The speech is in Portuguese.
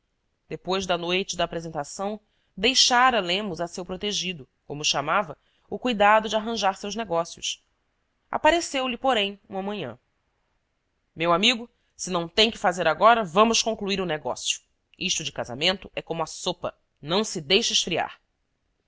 depois da noite da apresentação deixara lemos a seu protegido como o chamava o cuidado de arranjar seus negócios apareceu-lhe porém uma manhã meu amigo se não tem que fazer agora vamos concluir o negócio isto de casamento é como a sopa não se deixa es friar